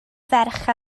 ferch